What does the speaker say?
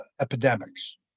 epidemics